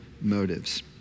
motives